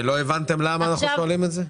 ולא הבנתם למה אנחנו שואלים את זה?